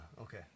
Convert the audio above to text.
Okay